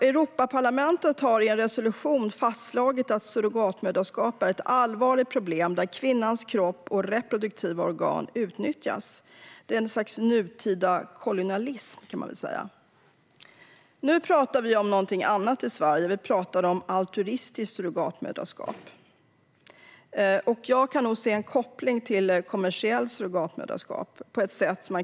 Europaparlamentet har i en resolution fastslagit att surrogatmoderskap är ett allvarligt problem där kvinnans kropp och reproduktiva organ utnyttjas. Det är ett slags nutida kolonialism. Nu pratar vi om någonting annat i Sverige, vi pratar om altruistiskt surrogatmoderskap. Jag kan se en koppling till kommersiellt surrogatmoderskap.